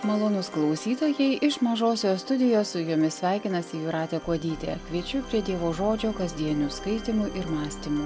malonūs klausytojai iš mažosios studijos su jumis sveikinasi jūratė kuodytė kviečiu prie dievo žodžio kasdienių skaitymų ir mąstymų